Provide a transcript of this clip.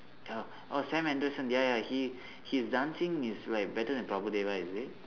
ya oh sam anderson ya ya he his dancing is like better than prabhu deva is it